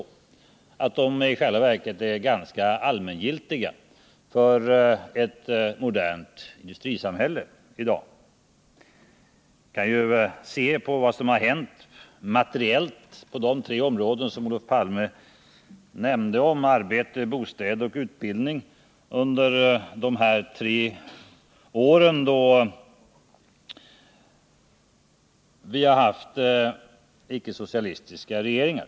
Jag tror att de i själva verket är allmängiltiga för ett modernt industrisamhälle. Vi kan se på vad som har hänt materiellt på de tre områden som Olof Palme nämnde — arbete, bostäder och utbildning — under de tre år då vi haft icke-socialistiska regeringar.